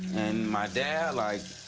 and my dad, like